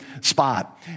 spot